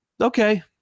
okay